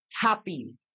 happy